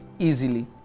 Easily